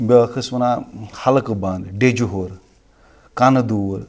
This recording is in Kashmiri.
بیٛاکھ ٲس وَنان حلقہٕ بنٛد ڈیٚجہِ ہوٚر کَنہٕ دوٗر